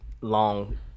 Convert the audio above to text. Long